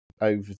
over